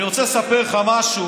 אני רוצה לספר לך משהו,